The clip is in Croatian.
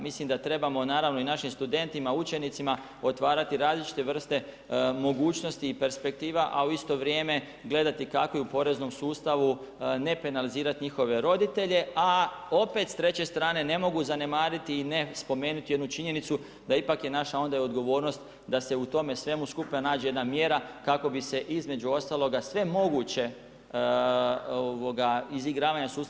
Mislim da trebamo naravno i našim studentima, učenicima otvarati različite vrste mogućnosti i perspektiva a u isto vrijeme gledati kako i u poreznom sustavu ne penalizirati njihove roditelje a opet s treće strane ne mogu zanemariti i ne spomenuti jednu činjenicu da ipak je naša onda i odgovornost da se u tome svemu skupa nađe jedna mjera kako bi se između ostaloga sve moguće izigravanja sustava sveli na najmanju moguću mjeru.